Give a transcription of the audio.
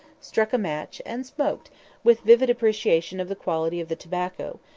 struck a match, and smoked with vivid appreciation of the quality of the tobacco,